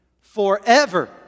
Forever